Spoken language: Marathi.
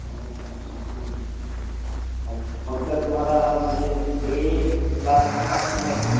अच्छा अच्छा अच्छा मग सर तुम्हाला म्हणजे डेला लागणार की नाईटला